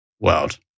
world